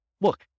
look